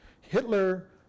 Hitler